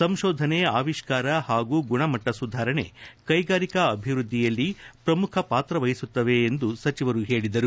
ಸಂಶೋಧನೆ ಆವಿಷ್ಣರ ಹಾಗೂ ಗುಣಮಟ್ಟ ಸುಧಾರಣೆ ಕೈಗಾರಿಕಾ ಅಭಿವೃದ್ಧಿಯಲ್ಲಿ ಪ್ರಮುಖ ಪಾತ್ರ ವಹಿಸುತ್ತದೆ ಎಂದು ಸಚಿವರು ಹೇಳದರು